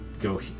go